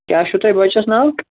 کیٛاہ چھُو تۅہہِ بَچَس ناو